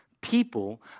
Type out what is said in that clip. people